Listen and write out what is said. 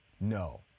No